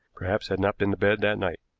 perhaps had not been to bed that night.